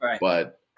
but-